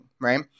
right